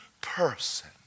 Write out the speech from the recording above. person